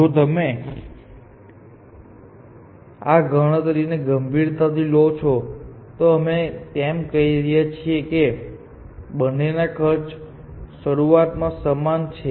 જો તમે આ ગણતરીને ગંભીરતાથી લો છો તો તમે કહી રહ્યા છો કે આ બંને ખર્ચ શરૂઆતમાં સમાન છે